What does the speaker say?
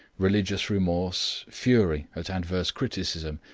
religious remorse, fury at adverse criticism,